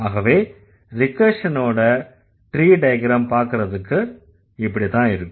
ஆகவே ரிகர்ஷனோட tree diagram பார்க்கறதுக்கு இப்படித்தான் இருக்கும்